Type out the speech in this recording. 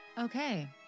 Okay